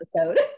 episode